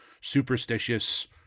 superstitious